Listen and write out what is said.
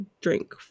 drink